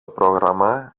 πρόγραμμα